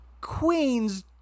Queens